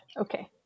Okay